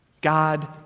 God